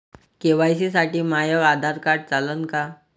KYC साठी माह्य Aadhaar card चालन का?